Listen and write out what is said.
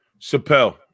Chappelle